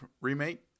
remake